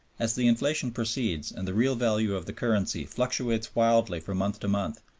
as the inflation proceeds and the real value of the currency fluctuates wildly from month to month,